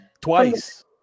Twice